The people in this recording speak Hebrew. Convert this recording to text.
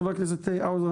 חבר הכנסת האוזר,